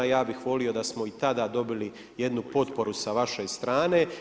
Ja bih volio da smo i tada dobili jednu potporu sa vaše strane.